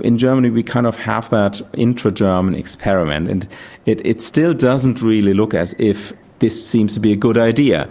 in germany we kind of have that intra-german um and experiment and it it still doesn't really look as if this seems to be a good idea.